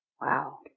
Wow